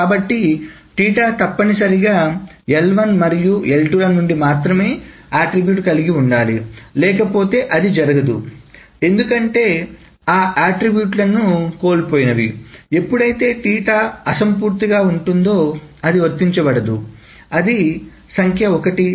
కాబట్టి తప్పనిసరిగా L 1మరియు L 2 ల నుండి మాత్రమే అట్రిబ్యూట్ కలిగి ఉండాలి లేకపోతే అది జరగదుఎందుకంటే ఆ అట్రిబ్యూట్ కోల్పోయినవి ఎప్పుడుఅయితే అసంపూర్తిగా ఉంటుందో అది వర్తించబడదు అది సంఖ్య 1